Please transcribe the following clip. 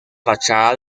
fachada